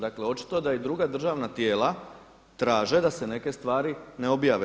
Dakle očito je da i druga državna tijela traže da se neke stvari ne objave.